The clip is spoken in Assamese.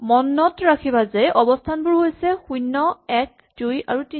মনত ৰাখিবা যে অৱস্হানবোৰ হৈছে শূণ্য এক দুই আৰু তিনি